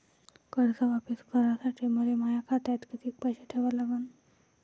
कर्ज वापिस करासाठी मले माया खात्यात कितीक पैसे ठेवा लागन?